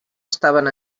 estaven